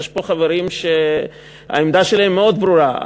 יש פה חברים שהעמדה שלהם מאוד ברורה,